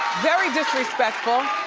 very disrespectful.